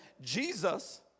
Jesus